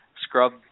scrub